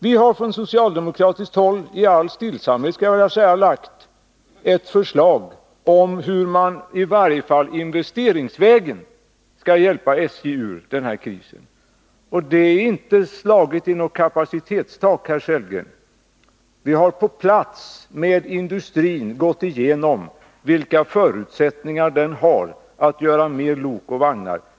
Vi har från socialdemokratiskt håll i all stillsamhet lagt ett förslag om hur man i varje fall investeringsvägen skall kunna hjälpa SJ ur den här krisen. Men man har inte slagit i något kapacitetstak, herr Sellgren. Vi har på plats med industrin gått igenom vilka förutsättningar den har att göra mera lok och vagnar.